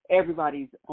everybody's